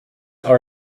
are